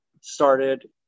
started